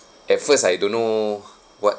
at first I don't know what